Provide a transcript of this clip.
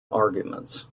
arguments